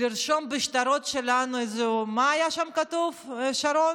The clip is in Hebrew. לרשום בשטרות שלנו, מה היה שם כתוב, שרון?